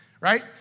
Right